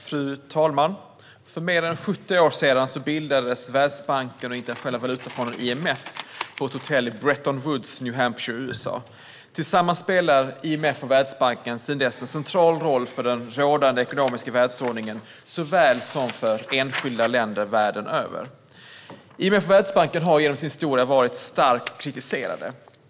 Fru talman! För mer än 70 år sedan bildades Världsbanken och Internationella valutafonden, IMF, på ett hotell i Bretton Woods, New Hampshire, USA. Tillsammans spelar IMF och Världsbanken sedan dess en central roll såväl för den rådande ekonomiska världsordningen som för enskilda länder världen över. IMF och Världsbanken har genom sin historia varit starkt kritiserade.